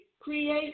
create